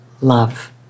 love